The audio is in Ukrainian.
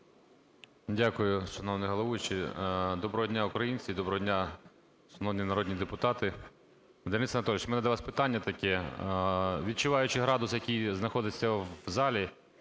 Дякую, шановний головуючий. Доброго дня, українці, доброго дня, шановні народні депутати! Денис Анатолійович, у мене до вас питання таке. Відчуваючи градус, який знаходиться в залі,